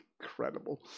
incredible